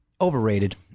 Overrated